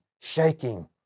shaking